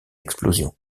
explosion